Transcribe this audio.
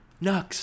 Nux